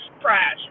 trash